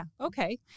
Okay